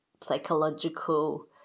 psychological